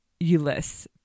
Ulyss